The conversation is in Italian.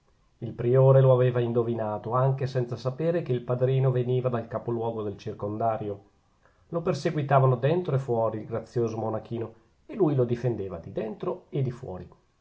il priore lo aveva indovinato anche senza sapere che il padrino veniva dal capoluogo del circondario lo perseguitavano dentro e fuori il grazioso monachino e lui lo difendeva di dentro e di fuori